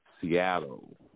Seattle